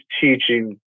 teaching